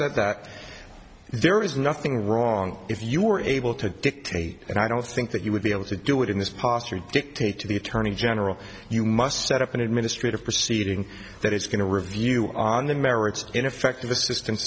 said that there is nothing wrong if you were able to dictate and i don't think that you would be able to do it in this posture to dictate to the attorney general you must set up an administrative proceeding that is going to review on the merits ineffective assistan